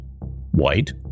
White